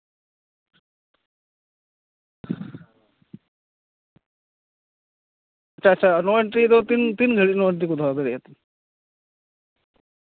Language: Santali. ᱟᱪᱪᱷᱟ ᱱᱳ ᱮᱱᱴᱨᱤ ᱫᱚ ᱛᱤᱱ ᱜᱷᱟᱹᱲᱤᱡ ᱱᱳ ᱮᱱᱴᱨᱤ ᱠᱚ ᱫᱚᱦᱚ ᱫᱟᱲᱮᱭᱟᱜ ᱛᱮ